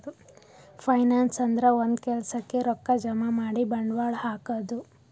finance ಅಂದ್ರ ಒಂದ್ ಕೆಲ್ಸಕ್ಕ್ ರೊಕ್ಕಾ ಜಮಾ ಮಾಡಿ ಬಂಡವಾಳ್ ಹಾಕದು